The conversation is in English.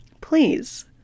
please